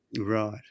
Right